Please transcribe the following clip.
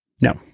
No